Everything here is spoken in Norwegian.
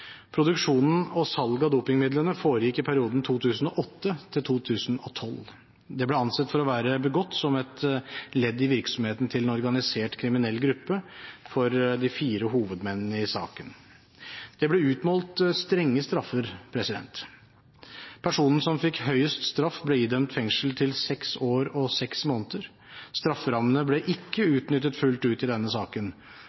Produksjonen og salget av dopingmidlene foregikk i perioden 2008 til 2012. Det ble ansett å være begått som et ledd i virksomheten til en organisert kriminell gruppe for de fire hovedmennene i saken. Det ble utmålt strenge straffer. Personen som fikk høyest straff, ble idømt fengsel i seks år og seks måneder. Strafferammene ble ikke